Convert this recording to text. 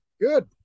Good